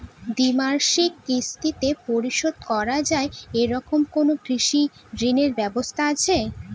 দ্বিমাসিক কিস্তিতে পরিশোধ করা য়ায় এরকম কোনো কৃষি ঋণের ব্যবস্থা আছে?